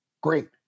great